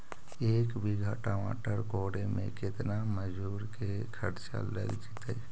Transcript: एक बिघा टमाटर कोड़े मे केतना मजुर के खर्चा लग जितै?